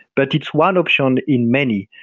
but it's one option in many,